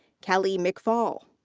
kelly mcfall.